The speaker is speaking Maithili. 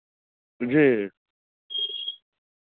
जी